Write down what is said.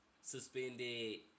suspended